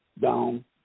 down